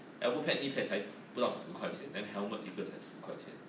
elbow pad knee pad 才不到十块钱 then helmet 一个才十块钱